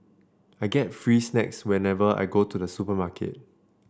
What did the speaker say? I get free snacks whenever I go to the supermarket